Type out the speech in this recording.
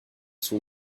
son